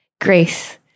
grace